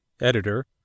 Editor